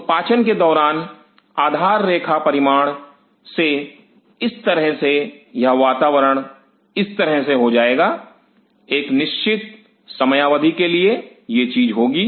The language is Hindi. तो पाचन के दौरान आधार रेखा परिमाण से इस तरह से यह वातावरण इस तरह से हो जाएगा एक निश्चित समयावधि के लिए यह चीज होगी